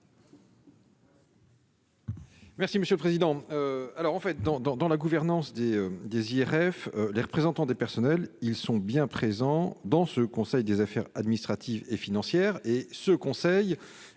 Merci monsieur le président, alors en fait, dans, dans, dans la gouvernance des désirs rêves les représentants des personnels, ils sont bien présents dans ce conseil des affaires administratives et financières et ce conseil,